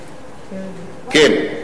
כן.